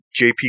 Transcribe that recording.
jp